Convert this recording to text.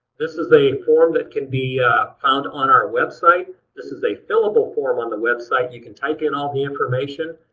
this is a form that can be found on our website. this is a fillable form on the website. you can type in all the information,